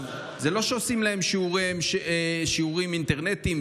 זה לא שעושים להם שיעורים אינטרנטיים,